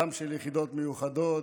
גם של יחידות מיוחדות,